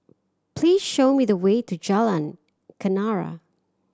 please show me the way to Jalan Kenarah